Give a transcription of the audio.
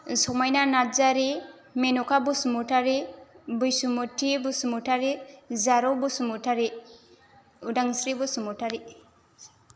समायना नार्जारी मेन'खा बसुमतारी बैसोमुथि बसुमतारी जारौ बसुमतारी उदांस्रि बसुमतारी